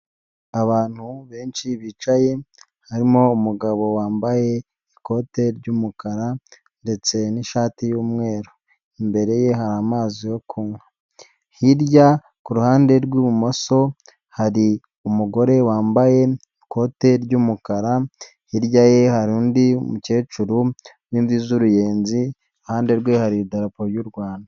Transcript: Abantu benshi bicaye, harimo umugabo wambaye ikote ry'umukara, ndetse n'ishati y'umweru, imbere ye hari amazi yo kunywa, hirya ku ruhande rw'ibumoso hari umugore wambaye ikote ry'umukara, hirya ye hari undi mukecuru w'imvi z'uruyenzi, iruhande rwe hari idarapo ry'u Rwanda.